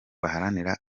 baharanira